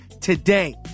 today